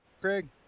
Craig